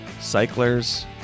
cyclers